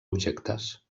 objectes